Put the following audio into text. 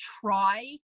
try